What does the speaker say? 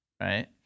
right